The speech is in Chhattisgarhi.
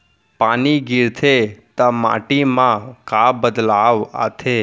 पानी गिरथे ता माटी मा का बदलाव आथे?